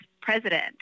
president